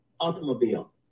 automobile